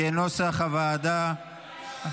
כנוסח הוועדה.